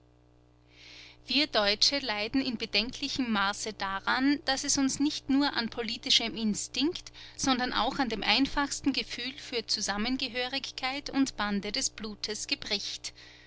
wir deutsche leiden in bedenklichem maße daran daß es uns nicht nur an politischem instinkt sondern auch an dem einfachsten gefühl für zusammengehörigkeit und bande des blutes